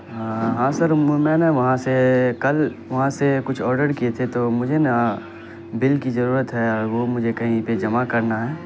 ہاں ہاں سر میں نے وہاں سے کل وہاں سے کچھ آڈر کیے تھے تو مجھے نا بل کی ضرورت ہے اور وہ مجھے کہیں پہ جمع کرنا ہے